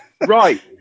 Right